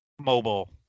mobile